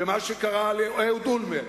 ומה שקרה לאהוד אולמרט,